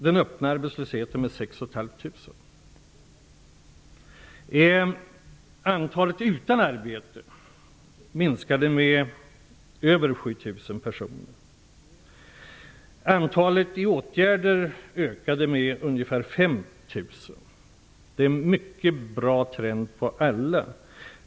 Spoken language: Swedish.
Det beror på hur olika kommuner och olika små arbetsgivare ställer upp. 5 000. Det är en mycket bra trend.